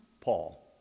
Paul